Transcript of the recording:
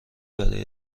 برای